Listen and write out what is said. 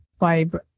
vibe